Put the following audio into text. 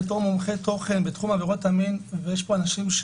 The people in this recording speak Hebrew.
בתור מומחה תוכן בתחום עבירות המין יש פה אנשים,